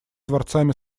творцами